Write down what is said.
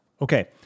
Okay